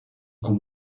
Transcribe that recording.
qu’on